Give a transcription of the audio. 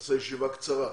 נעשה ישיבה קצרה.